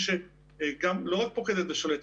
לא רק פוקדת ושולטת,